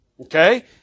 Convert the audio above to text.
Okay